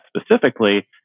specifically